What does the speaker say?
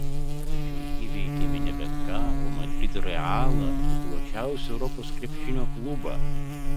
tačiau įveikėme ne bet ką o madrido realą tituluočiausią europos krepšinio klubą